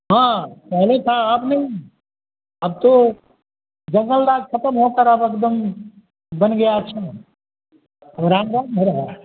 हाँ पहले था अब नहीं अब तो जंगल राज ख़त्म हो बन गया हो रहा है